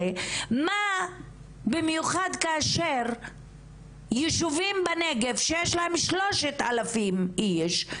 זאת במיוחד כאשר ישובים בנגב שיש להם שלושת אלפים איש,